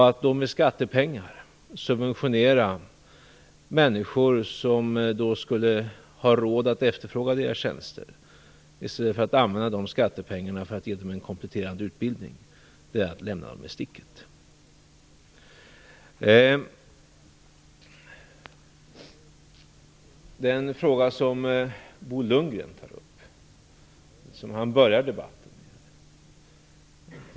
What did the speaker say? Att då med skattepengar subventionera människor som därmed skulle ha råd att efterfråga deras tjänster, i stället för att använda dessa skattepengar till att ge dem en kompletterande utbildning, det är att lämna dem i sticket. Jag går så över till den fråga som Bo Lundgren tar upp, den som han börjar debatten med.